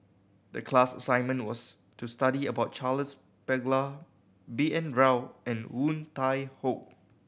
the class assignment was to study about Charles Paglar B N Rao and Woon Tai Ho